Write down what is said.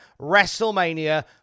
WrestleMania